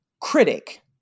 critic